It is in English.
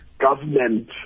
government